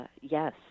Yes